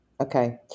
Okay